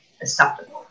acceptable